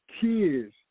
kids